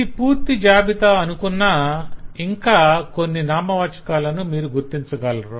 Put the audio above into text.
ఇది పూర్తి జాబితా అనుకున్నా ఇంకా కొన్ని నామవాచకాలను మీరు గుర్తించగలరు